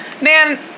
Man